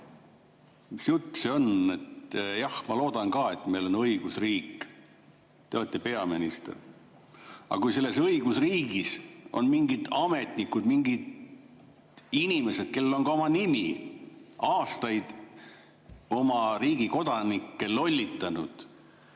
Mis jutt see on? Jah, ma loodan ka, et meil on õigusriik. Te olete peaminister. Aga kui selles õigusriigis on mingid ametnikud, mingid inimesed, kellel on ka nimi, aastaid oma riigi kodanike lollitanud,